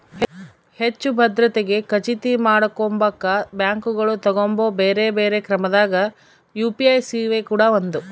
ಹೆಚ್ಚು ಭದ್ರತೆಗೆ ಖಚಿತ ಮಾಡಕೊಂಬಕ ಬ್ಯಾಂಕುಗಳು ತಗಂಬೊ ಬ್ಯೆರೆ ಬ್ಯೆರೆ ಕ್ರಮದಾಗ ಯು.ಪಿ.ಐ ಸೇವೆ ಕೂಡ ಒಂದು